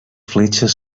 fletxes